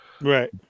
Right